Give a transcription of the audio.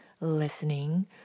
listening